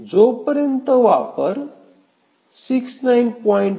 जो पर्यंत वापर 69